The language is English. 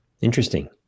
interesting